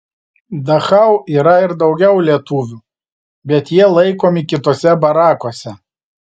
dachau yra ir daugiau lietuvių bet jie laikomi kituose barakuose